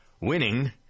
winning—